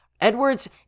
Edwards